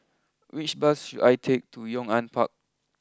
which bus should I take to Yong an Park